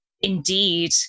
indeed